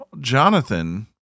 Jonathan